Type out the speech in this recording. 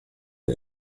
der